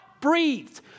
breathed